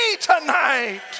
tonight